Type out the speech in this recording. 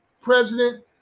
president